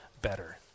better